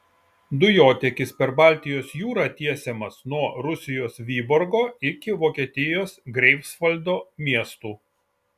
dujotiekis per baltijos jūrą tiesiamas nuo rusijos vyborgo iki vokietijos greifsvaldo miestų